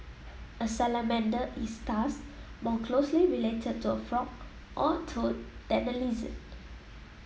a salamander is thus more closely related to a frog or a toad than a lizard